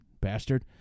bastard